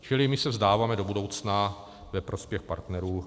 Čili my se vzdáváme do budoucna ve prospěch partnerů.